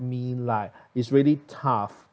me like is really tough